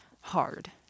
hard